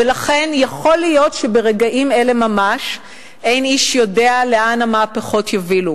ולכן יכול להיות שברגעים אלה ממש אין איש יודע לאן המהפכות האלה יובילו,